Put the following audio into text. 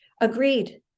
Agreed